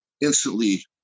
Instantly